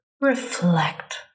reflect